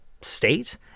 state